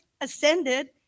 ascended